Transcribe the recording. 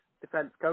defence